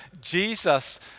Jesus